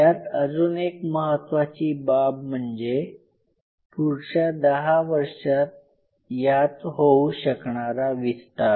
यात अजून एक महत्वाची बाब म्हणजे पुढच्या दहा वर्षात यात होऊ शकणारा विस्तार